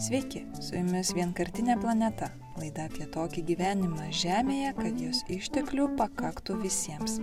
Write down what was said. sveiki su jumis vienkartinė planeta laidą apie tokį gyvenimą žemėje kad jos išteklių pakaktų visiems